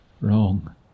Wrong